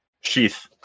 sheath